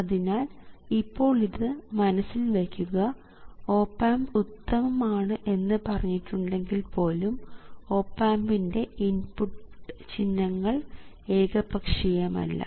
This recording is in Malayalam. അതിനാൽ ഇപ്പോൾ ഇത് മനസ്സിൽ വയ്ക്കുക ഓപ് ആമ്പ് ഉത്തമമാണ് എന്ന് പറഞ്ഞിട്ടുണ്ടെങ്കിൽ പോലും ഓപ് ആമ്പിൻറെ ഇൻപുട്ട് ചിഹ്നങ്ങൾ ഏകപക്ഷീയം അല്ല